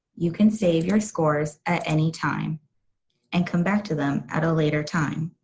you can save your scores at any time and come back to them at a later time.